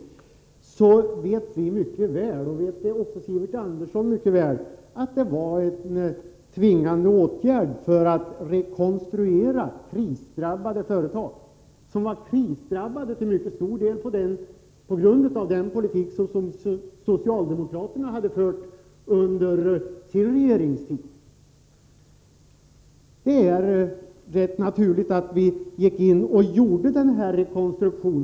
Men Sivert Andersson vet lika väl som vi att detta var tvingande åtgärder för att rekonstruera krisdrabbade företag, som i mycket stor utsträckning var krisdrabbade till följd av den politik socialdemokraterna hade fört under sin regeringstid. Det är rätt naturligt att vi gick in och gjorde denna rekonstruktion.